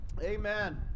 amen